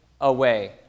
away